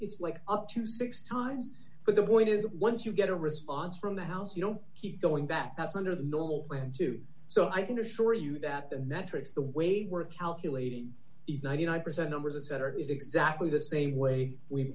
it's like up to six times but the point is once you get a response from the house you don't keep going back that's under the normal plan too so i can assure you that the metrics the way they were calculated is ninety nine percent embers etc it is exactly the same way we